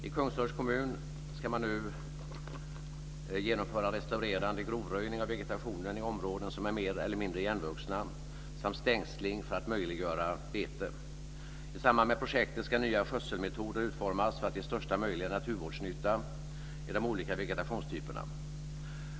I Kungsörs kommun ska man nu genomföra en restaurerande grovröjning av vegetationen i områden som är mer eller mindre igenvuxna samt stängsling för att möjliggöra bete. I samband med projektet ska nya skötselmetoder utformas för att ge största möjliga naturvårdsnytta i de olika vegetationstyperna.